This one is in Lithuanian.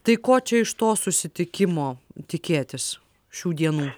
tai ko čia iš to susitikimo tikėtis šių dienų